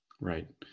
Right